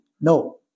no